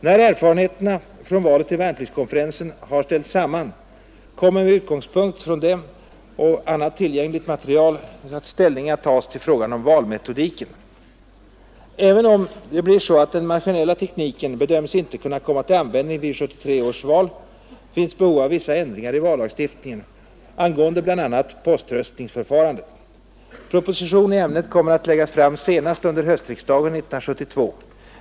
När erfarenheterna från valen till värnpliktskonferensen har ställts samman kommer med utgångspunkt i dem och övrigt tillgängligt material ställning att tas till frågan om valmetodiken. Även om den maskinella tekniken bedöms inte kunna komma till användning vid 1973 års allmänna val, finns behov av vissa ändringar i vallagstiftningen angående bl.a. poströstningsförfarandet. Proposition i ämnet kommer att läggas fram senast under höstriksdagen 1972.